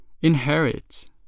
Inherit